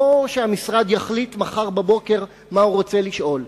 לא שהמשרד יחליט מחר בבוקר מה הוא רוצה לשאול.